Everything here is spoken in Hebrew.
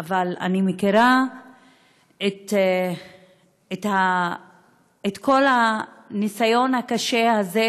אבל אני מכירה את כל הניסיון הקשה הזה,